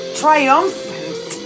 triumphant